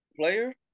player